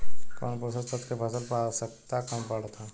कौन पोषक तत्व के फसल पर आवशयक्ता कम पड़ता?